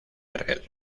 argel